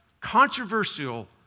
controversial